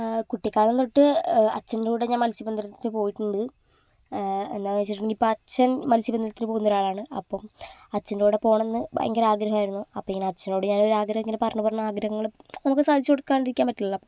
കുട്ടിക്കാലം തൊട്ട് അച്ഛൻ്റെ കൂടെ ഞാൻ മത്സ്യബന്ധനത്തിന് പോയിട്ടുണ്ട് എന്താണെന്ന് വെച്ചിട്ടുണ്ടെങ്കിൽ ഇപ്പോൾ അച്ഛൻ മത്സ്യ ബന്ധനത്തിന് പോകുന്ന ഒരാളാണ് അപ്പം അച്ഛൻ്റെ കൂടെ പോകണമെന്ന് ഭയങ്കര ആഗ്രഹമായിരുന്നു അപ്പോളിങ്ങനെ അച്ഛനോട് ഞാൻ ഒരു ആഗ്രഹമങ്ങനെ പറഞ്ഞ് പറഞ്ഞ് ആഗ്രഹങ്ങൾ നമുക്ക് സാധിച്ചു കൊടുക്കാണ്ടിരിക്കാൻ പറ്റില്ലല്ലോ